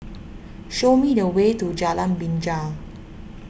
show me the way to Jalan Binjai